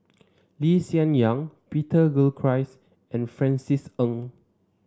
Lee Hsien Yang Peter Gilchrist and Francis Ng